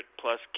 plus